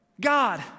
God